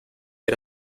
era